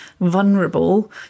vulnerable